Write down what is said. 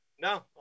No